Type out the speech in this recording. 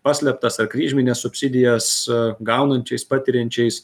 paslėptas kryžmines subsidijas gaunančiais patiriančiais